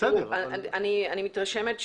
אני מתרשמת,